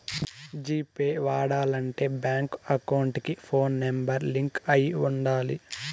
G pay వాడాలంటే bank account కి phone number link అయి ఉండాలి